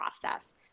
process